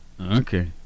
Okay